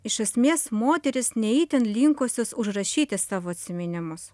iš esmės moterys ne itin linkusios užrašyti savo atsiminimus